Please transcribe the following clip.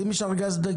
אני מגיש את ההסתייגות.